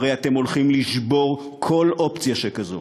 הרי אתם הולכים לשבור כל אופציה שכזו.